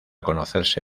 conocerse